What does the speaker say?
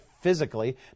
physically